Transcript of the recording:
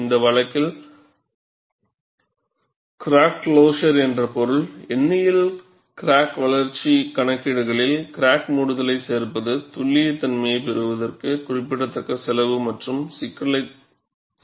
இந்த வழக்கில் crack closure என்று பொருள் எண்ணியல் கிராக் வளர்ச்சி கணக்கீடுகளில் கிராக் மூடுதலைச் சேர்ப்பது துல்லியத்தன்மையைப் பெறுவதற்கு குறிப்பிடத்தக்க செலவு மற்றும் சிக்கலைச் சேர்க்கிறது